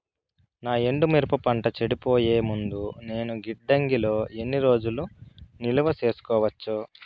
నా ఎండు మిరప పంట చెడిపోయే ముందు నేను గిడ్డంగి లో ఎన్ని రోజులు నిలువ సేసుకోవచ్చు?